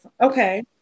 okay